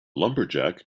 lumberjack